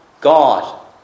God